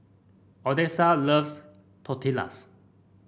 Odessa loves Tortillas